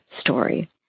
story